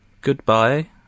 goodbye